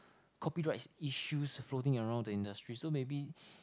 copyrights issues floating around in the industry so maybe